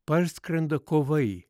parskrenda kovai